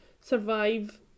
survive